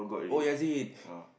oh Yazid